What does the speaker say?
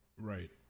Right